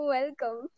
Welcome